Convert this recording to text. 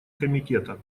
комитета